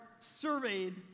surveyed